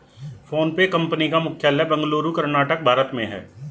PhonePe कंपनी का मुख्यालय बेंगलुरु कर्नाटक भारत में है